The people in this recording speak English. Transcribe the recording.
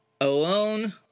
alone